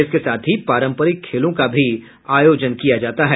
इसके साथ ही पारंपरिक खेलों का भी आयोजन किया जाता है